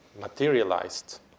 materialized